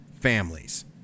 families